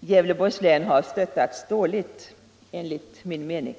Gävleborgs län har stöttats dåligt, enligt min mening.